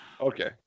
Okay